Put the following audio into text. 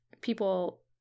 people